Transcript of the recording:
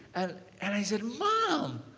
and and i said, mom,